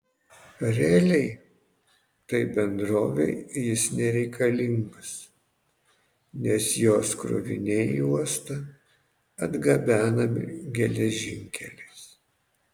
realiai tai bendrovei jis nereikalingas nes jos kroviniai į uostą atgabenami geležinkeliais